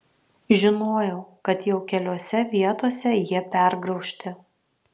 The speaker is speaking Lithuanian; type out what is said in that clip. žinojau kad jau keliose vietose jie pergraužti